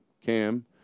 Cam